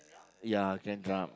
uh ya can drum